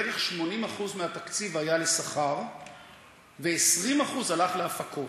בערך 80% מהתקציב היה לשכר ו-20% הלך להפקות.